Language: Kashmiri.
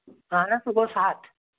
اَہَن حظ سُہ گوٚو ستھ